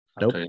Nope